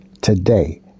Today